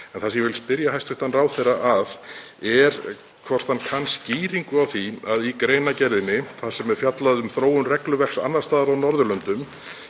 En það sem ég vil spyrja hæstv. ráðherra að er hvort hann kunni skýringu á því að í greinargerðinni, þar sem er fjallað um þróun regluverks annars staðar á Norðurlöndum,